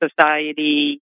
society